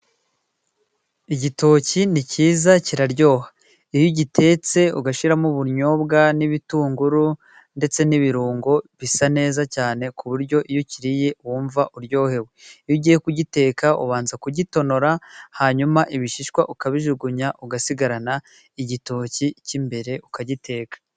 Igitoki ni cyiza kiraryoha. Iyo ugitetse ugashiramo ubunyobwa n'ibitunguru, ndetse n'ibirungo bisa neza cyane, ku buryo iyo ukiriye wumva uryohewe. Iyo ugiye kugiteka ubanza kugitonora, hanyuma ibishishwa ukabijugunya ugasigarana igitoki k'imbere ukagiteka.